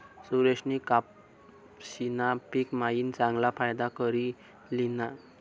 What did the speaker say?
सुरेशनी कपाशीना पिक मायीन चांगला फायदा करी ल्हिना